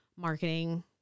marketing